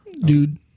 Dude